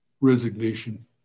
resignation